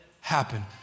happen